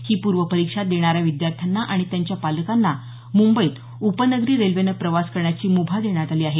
ही पूर्व परीक्षा देणाऱ्या विद्यार्थ्यांना आणि त्यांच्या पालकांना मुंबईत उपनगरी रेल्वेने प्रवास करण्याची मुभा देण्यात आली आहे